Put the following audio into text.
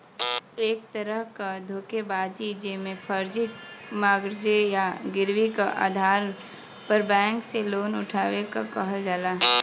एक तरह क धोखेबाजी जेमे फर्जी मॉर्गेज या गिरवी क आधार पर बैंक से लोन उठावे क कहल जाला